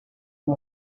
you